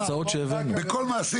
נהרסים